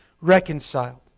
reconciled